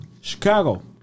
Chicago